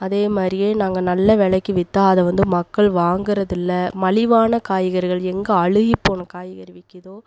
அதேமாதிரியே நாங்கள் நல்ல விலைக்கு விற்ற அதை வந்து மக்கள் வாங்குறதுல்ல மலிவான காய்கறிகள் எங்கே அழுகிப்போன காய்கறி விற்கிதோ